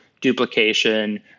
duplication